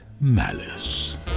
malice